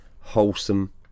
wholesome